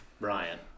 Brian